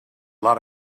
lot